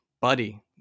buddy